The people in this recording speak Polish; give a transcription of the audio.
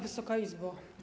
Wysoka Izbo!